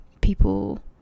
people